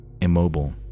immobile